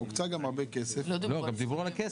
לא דיברו על זה.